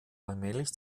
allmählich